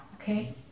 okay